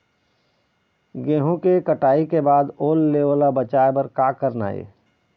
गेहूं के कटाई के बाद ओल ले ओला बचाए बर का करना ये?